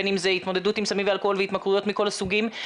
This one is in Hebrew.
בין אם זה התמודדות עם סמים ואלכוהול והתמכרויות מכל הסוגים,